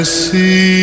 see